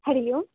हरिः ओम्